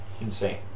insane